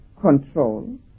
control